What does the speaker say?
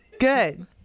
Good